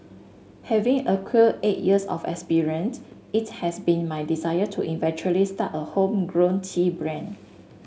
having acquired eight years of experience it has been my desire to eventually start a homegrown tea brand